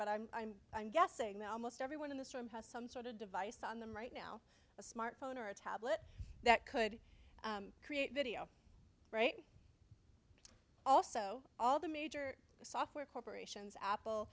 but i'm i'm i'm guessing that almost everyone in this room has some sort of device on them right now a smartphone or a tablet that could create video right also all the major software corporations apple